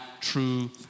true